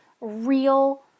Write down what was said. real